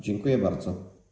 Dziękuję bardzo.